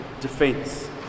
defense